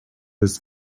his